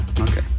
Okay